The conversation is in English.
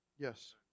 Yes